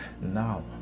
Now